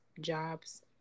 jobs